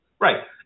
Right